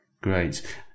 Great